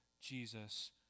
Jesus